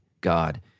God